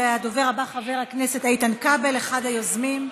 הדובר הבא, חבר הכנסת איתן כבל, אחד היוזמים.